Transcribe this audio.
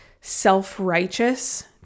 self-righteous